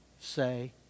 say